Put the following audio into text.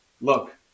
Look